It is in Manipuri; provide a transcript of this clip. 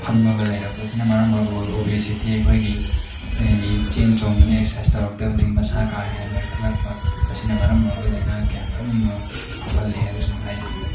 ꯐꯝꯃꯒ ꯂꯩꯔꯛꯄꯁꯤꯅ ꯃꯔꯝ ꯑꯣꯏꯔꯒ ꯑꯣꯕꯦꯁꯤꯇꯤ ꯑꯩꯈꯣꯏꯒꯤ ꯍꯥꯏꯗꯤ ꯆꯦꯟ ꯆꯣꯡꯗꯅ ꯑꯦꯛꯁ꯭ꯔꯁꯥꯏꯁ ꯇꯧꯔꯛꯇꯕꯗꯒꯤ ꯃꯁꯥ ꯀꯥ ꯍꯦꯟꯅ ꯅꯣꯏꯈꯠꯂꯛꯄ ꯃꯁꯤꯅ ꯃꯔꯝ ꯑꯣꯏꯔꯒ ꯂꯩꯅꯥ ꯀꯌꯥ ꯃꯔꯨꯝ ꯑꯃ ꯊꯣꯛꯍꯜꯂꯦ ꯍꯥꯏꯕꯁꯤꯃ ꯍꯥꯏꯖꯔꯤ